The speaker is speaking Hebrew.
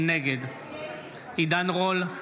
נגד עידן רול,